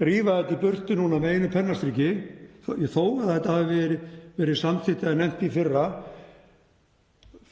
rífa þetta í burtu núna með einu pennastriki þó að þetta hafi verið samþykkt eða nefnt í fyrra,